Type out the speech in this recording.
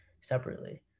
separately